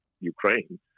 Ukraine